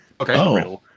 Okay